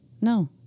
No